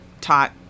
taught